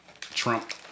Trump